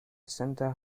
centre